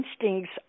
instincts